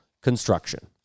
Construction